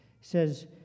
says